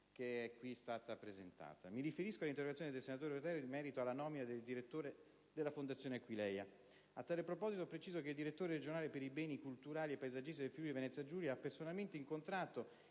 presentata. Mi riferisco all'interrogazione del senatore Rutelli in merito alla nomina del direttore della Fondazione Aquileia. A tale proposito, preciso che il direttore regionale per i beni culturali e paesaggistici del Friuli-Venezia Giulia ha personalmente incontrato